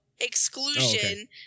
exclusion